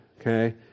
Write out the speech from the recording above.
okay